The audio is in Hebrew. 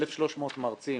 1,300 מרצים